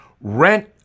Rent